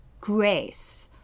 grace